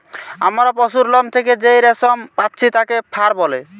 আমরা পশুর লোম থেকে যেই রেশম পাচ্ছি তাকে ফার বলে